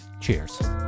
Cheers